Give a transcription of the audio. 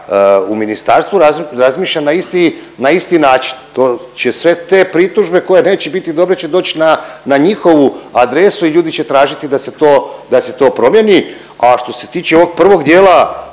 u ministarstvu razmišlja na isti način. To će, sve te pritužbe koje neće biti dobre će doći na njihovu adresu i ljudi će tražiti da se to promjeni, a što se tiče ovog prvog dijela,